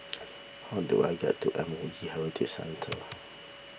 how do I get to M O E Heritage Centre